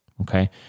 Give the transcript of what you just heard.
okay